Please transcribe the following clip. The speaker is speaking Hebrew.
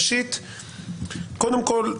קודם כל,